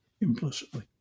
implicitly